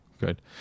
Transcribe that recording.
good